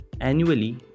annually